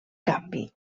canvi